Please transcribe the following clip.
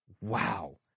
Wow